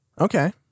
Okay